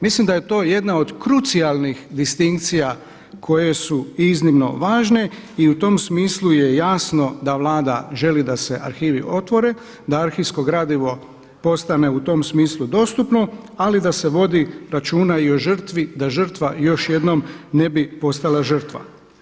Mislim da je to jedna od krucijalnih distinkcija koje su i iznimno važne i u tom smislu je jasno da Vlada želi da se arhivi otvore, da arhivsko gradivo postane u tom smislu dostupno, ali da se vodi računa i o žrtvi, da žrtva još jednom ne bi postala žrtva.